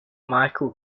michael